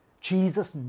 Jesus